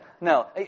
No